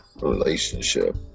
relationship